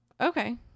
Okay